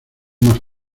más